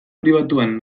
pribatuan